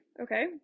okay